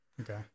Okay